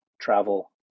travel